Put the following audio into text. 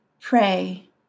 pray